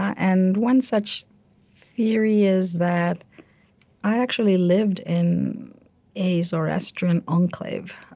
and one such theory is that i actually lived in a zoroastrian enclave.